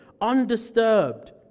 undisturbed